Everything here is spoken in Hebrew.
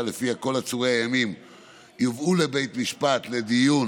שלפיה כל עצורי הימים יובאו לבית המשפט לדיון